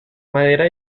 madera